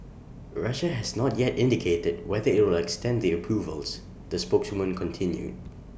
Russia has not yet indicated whether IT will extend the approvals the spokeswoman continued